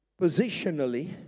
positionally